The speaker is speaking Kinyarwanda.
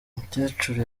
mukecuru